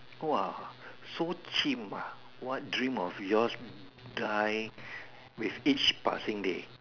!wah! so chim ah what dream of your's die with each passing day